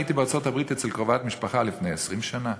הייתי בארצות-הברית אצל קרובת משפחה לפני 20 שנה